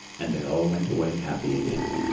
and they all went away happy again,